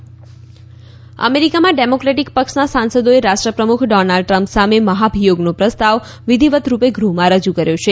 Trump મહાભિયોગ અમેરિકામાં democratic પક્ષના સાંસદોએ રાષ્ટ્રપ્રમુખ ડોનાલ્ડ ટ્રમ્પ સામે મહાભિયોગનો પ્રસ્તાવ વિધિવત રૂપે ગૃહમાં રજૂ કર્યો છે